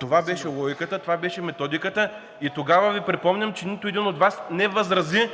Това беше логиката, това беше методиката и тогава Ви припомням, че нито един от Вас не възрази